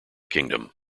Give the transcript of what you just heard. kingdom